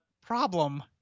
problem